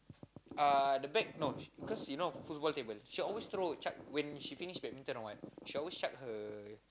uh the back no cause you know foosball table she always throw chuck when she finish badminton or what she always chuck her